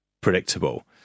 predictable